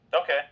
Okay